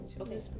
okay